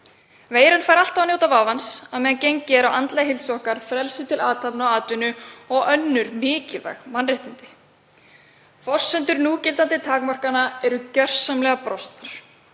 Veiran fær alltaf að njóta vafans á meðan gengið er á andlega heilsu okkar, frelsi til athafna og atvinnu og önnur mikilvæg mannréttindi. Forsendur núgildandi takmarkana eru gjörsamlega brostnar.